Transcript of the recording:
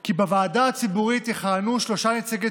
כי בוועדה הציבורית יכהנו שלושה נציגי